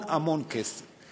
המון, המון כסף.